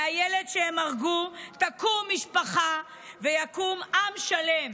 מהילד שהם הרגו תקום משפחה ויקום עם שלם.